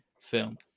film